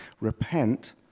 repent